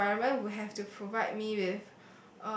environment we have to provide me with